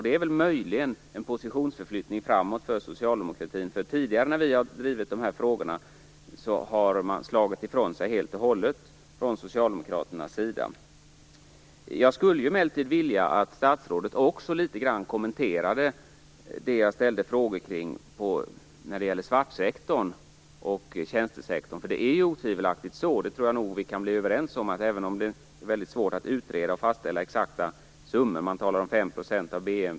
Det är väl möjligen en positionsförflyttning framåt hon socialdemokratin. Tidigare när vi har drivit de här frågorna har man från socialdemokratins sida helt och hållet slagit ifrån sig. Jag skulle emellertid vilja att statsrådet litet kommenterade de frågor jag ställde kring svartsektorn och tjänstesektorn. Att det otvivelaktigt är ett problem kan vi nog bli överens om, även om det är väldigt svårt att fastställa exakta summor.